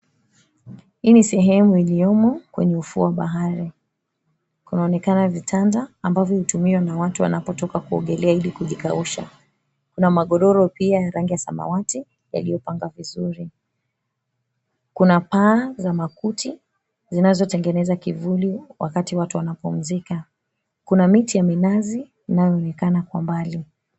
Hii ni sehemu iliyomo kwenye ufuo wa bahari. Kunaonekana vitanda ambavyo hutumiwa na watu wanaotoka kuogelea ili kujikausha. Kuna magodoro pia rangi ya samawati yaliyopangwa vizuri. Kuna paa za makuti zinazotengeneza kivuli wakati watu wanapumzika. Kuna miti ya minazi inayoonekana kwa mbali.